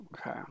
Okay